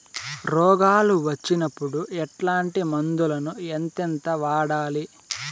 రోగాలు వచ్చినప్పుడు ఎట్లాంటి మందులను ఎంతెంత వాడాలి?